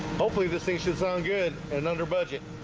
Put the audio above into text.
hopefully this thing should sound good and under budget